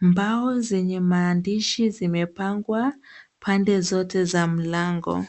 Mbao zenye maandishi zimepangwa pande zote za mlango.